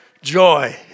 joy